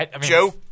Joe